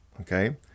okay